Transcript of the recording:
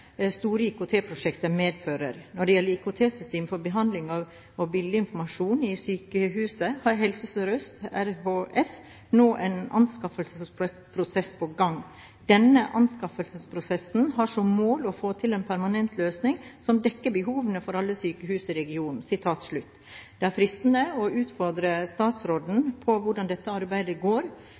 store IKT-prosjekter medfører. Når det gjelder IKT-systemer for behandling av bildeinformasjon i sykehus, har Helse Sør-Øst RHF nå en anskaffelsesprosess på gang. Denne anskaffelsesprosessen har som mål å få til en permanent løsning som dekker behovene for alle sykehus i regionen.» Det er fristende å utfordre statsråden på hvordan dette arbeidet går,